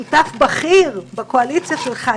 שותף בכיר בקואליציה שלך,